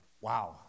Wow